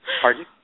Pardon